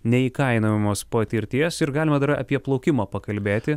neįkainojamos patirties ir galima dar apie plaukimą pakalbėti